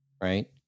right